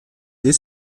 dès